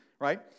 right